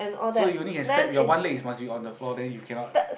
so you only can step your one leg must be on the floor then you cannot